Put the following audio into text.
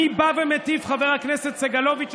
מי בא ומטיף, חבר הכנסת סגלוביץ'?